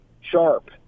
sharp